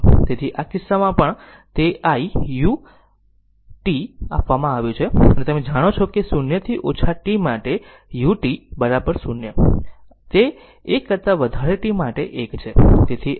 તેથી આ કિસ્સામાં પણ તે i u t આપવામાં આવ્યું છે અને તમે જાણો છો કે 0 થી ઓછા t માટે u 0 છે તે 1 કરતા વધારે t માટે 1 છે